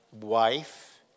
wife